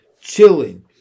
chilling